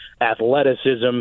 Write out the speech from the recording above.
athleticism